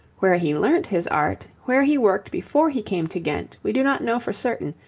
where he learnt his art, where he worked before he came to ghent, we do not know for certain,